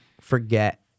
forget